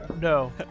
No